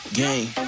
game